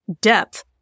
depth